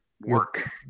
work